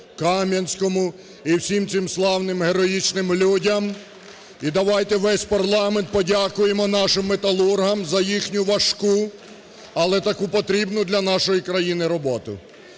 Кам'янському і всім цим славним героїчним людям, і давайте весь парламент подякуємо нашим металургам за їхню важку, але таку потрібну для нашої країни роботу.